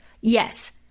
Yes